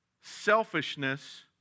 Selfishness